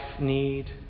need